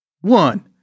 One